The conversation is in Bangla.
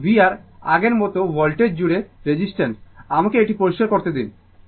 সুতরাং vR আগের মতো ভোল্টেজ জুড়ে রেজিস্টেন্স আমাকে এটি পরিষ্কার করতে দিন